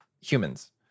humans